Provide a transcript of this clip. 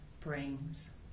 brings